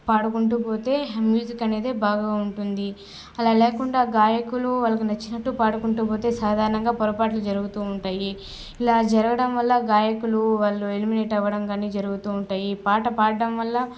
పాడుకుంటే పోతే మ్యూజిక్ అనేది బాగా ఉంటుంది అలా లేకుండా గాయకులు వాళ్లకు నచ్చినట్టు పాడుకుంటూ పోతే సాధారణంగా పొరపాట్లు జరుగుతూ ఉంటాయి ఇలా జరగడం వల్ల గాయకులు వాళ్ళు ఎలిమినేట్ అవడం కానీ జరుగుతూ ఉంటాయి ఈ పాట పాడటం వల్ల